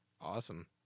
awesome